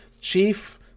Chief